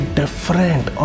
different